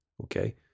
Okay